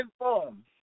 inform